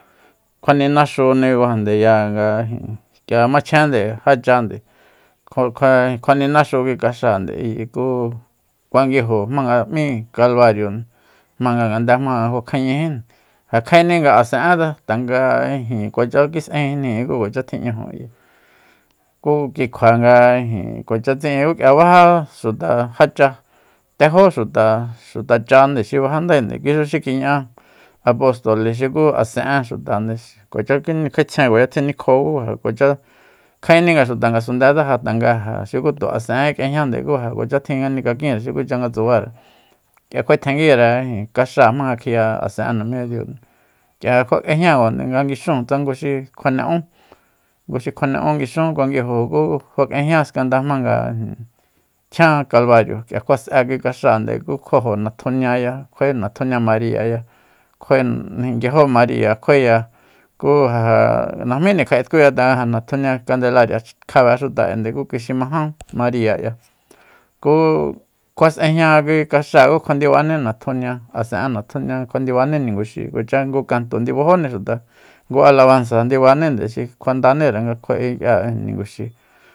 Kjuaninaxunde kuajandeya nga ijin k'ia machjende já chande kjua- kjua- kjuaninaxu kui kaxáande ku kunguijo jmanga m'í kalbario jmanga ngande jmanga kuakjañají ja kjaenni nga asen'etse tanga kuacha kis'ejinjni ku kuacha tji'ñajo ku ki kjua nga ijin kuacha tsi'in ku k'ia baja xuta já cha tejó xuta xuta chánde xi fajandaende kui xu xi kiña'á apostole xuku asen'e xutande kuacha tjinikja'etsjen kuacha tjinikjo ku ja kuacha kjaeni nga xuta ngasundetse ja tanga ja xuku tu asen'e kik'ejñande ku ja kuacha tjin nga nikakinre xukucha nga tsubare k'ia kjuae tenguire ijin kaxáa jmanga kjiya asen'e namíña diu k'ia kjua k'ejñákuande nga nguixúun tsa ngu xi kjuane ún ngu xi ún nguixun kuanguijo ku kjua k'ejña skanda jmanga ijin tjián kalbario k'ia kjua s'e kui kaxáande ku kjuajo natjunia kjuae natjunia mariaya kjuae nguiajó mariya kjuae k'ia ku ja najmíjni kja'e tkuya tanga ja natjunia kandelaria kjabe xuta k'ia ku kui xi ma jan mariya kia ku kjua s'ejña kui kax'aa ku kjua ndibani natjunia asen'e natjunia kjua ndibani ninguxi kuacha ngu kanto ndibajóni xuta ngu alabansa ndibanínde xi kjua ndaníre nga kjua'e k'ia ninguxi